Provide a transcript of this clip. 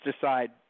decide